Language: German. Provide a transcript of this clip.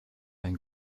ein